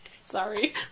Sorry